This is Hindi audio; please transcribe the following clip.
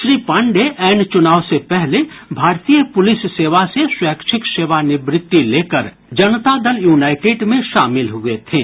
श्री पांडेय ऐन चुनाव से पहले भारतीय पुलिस सेवा से खैच्छिक सेवा निवृत्ति लेकर जनता दल यूनाइटेड में शामिल हुए थे